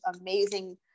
amazing